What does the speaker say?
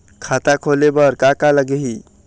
खाता खोले बर का का लगही?